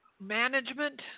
management